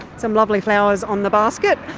some lovely flowers on the basket.